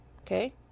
okay